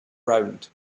round